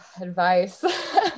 Advice